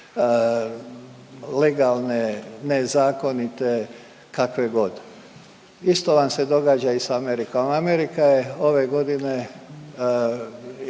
legalne, nezakonite, kakve god. Isto vam se događa i sa Amerikom, Amerika je ove godine,